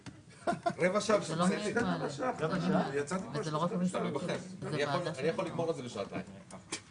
בישראל יש מיליון וחצי אנשים עם מוגבלויות והם מהווים 7 אחוזים